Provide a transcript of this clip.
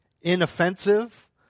inoffensive